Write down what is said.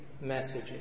messages